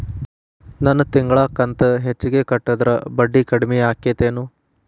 ನನ್ ತಿಂಗಳ ಕಂತ ಹೆಚ್ಚಿಗೆ ಕಟ್ಟಿದ್ರ ಬಡ್ಡಿ ಕಡಿಮಿ ಆಕ್ಕೆತೇನು?